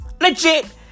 Legit